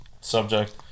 subject